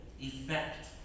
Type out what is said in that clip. effect